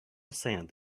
sand